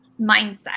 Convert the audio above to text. Mindset